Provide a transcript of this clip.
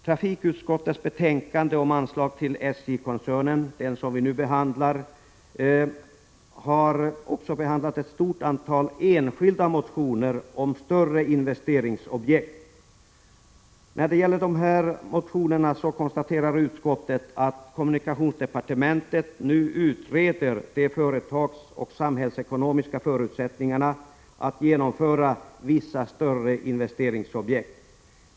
Trafikutskottets betänkande 15 om anslag till SJ-koncernen behandlar ett stort antal enskilda motioner om större investeringsobjekt. Utskottet konstaterar att kommunikationsdepartementet nu utreder de företagsoch samhällsekonomiska förutsättningarna att genomföra vissa större investeringsobjekt.